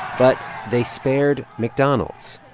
but they spared mcdonald's.